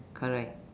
correct